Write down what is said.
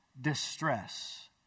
distress